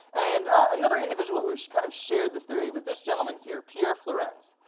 and another individual who kind of shared this theory was this gentleman here, pierre fluorens.